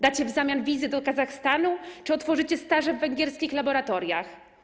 Dacie w zamian wizy do Kazachstanu czy otworzycie staże w węgierskich laboratoriach?